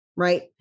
right